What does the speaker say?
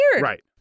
Right